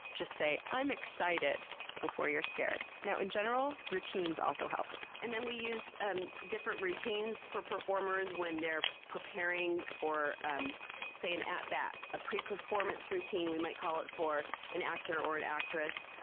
just say, i'm excited before you're scared. now, in general, routines also help. and then we use different routines for performers when they're preparing for um say, an at bat. a pre-performance routine we might call it for an actor or an actress.